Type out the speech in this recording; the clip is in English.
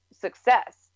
success